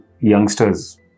youngsters